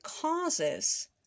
causes